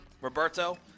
Roberto